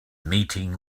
meeting